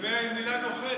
ולגבי המילה "נוכל",